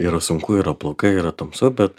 yra sunku yra blogai yra tamsu bet